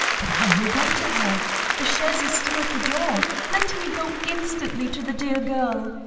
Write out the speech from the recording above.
but i will go to her the chaise is still at the door let me go instantly to the dear girl.